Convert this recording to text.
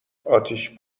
اتیش